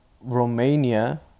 Romania